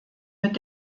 mit